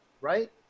right